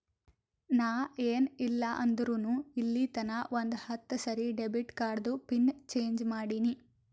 ನಾ ಏನ್ ಇಲ್ಲ ಅಂದುರ್ನು ಇಲ್ಲಿತನಾ ಒಂದ್ ಹತ್ತ ಸರಿ ಡೆಬಿಟ್ ಕಾರ್ಡ್ದು ಪಿನ್ ಚೇಂಜ್ ಮಾಡಿನಿ